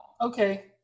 Okay